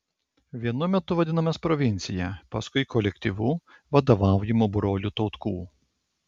vienu metu vadinomės provincija paskui kolektyvu vadovaujamu brolių tautkų